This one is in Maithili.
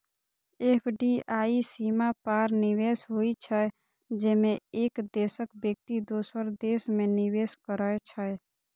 एफ.डी.आई सीमा पार निवेश होइ छै, जेमे एक देशक व्यक्ति दोसर देश मे निवेश करै छै